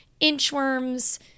inchworms